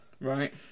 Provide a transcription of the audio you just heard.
Right